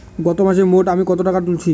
গত মাসে মোট আমি কত টাকা তুলেছি?